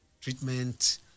treatment